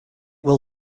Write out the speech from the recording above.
will